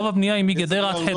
כי הבנייה היא מגדרה עד חדרה.